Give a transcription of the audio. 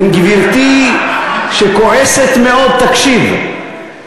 אם גברתי שכועסת מאוד תקשיב,